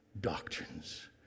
doctrines